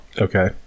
Okay